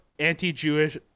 anti-Jewish